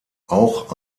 auch